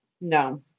no